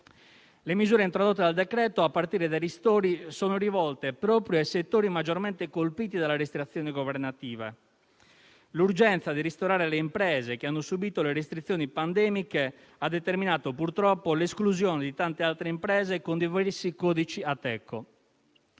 Le misure introdotte dal decreto-legge in discussione, a partire dai ristori, sono rivolte proprio ai settori maggiormente colpiti dalle restrizioni governative. L'urgenza di ristorare le imprese che hanno subito le restrizioni pandemiche ha determinato purtroppo l'esclusione di tante altre imprese con diversi codici Ateco.